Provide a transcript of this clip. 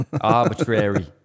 Arbitrary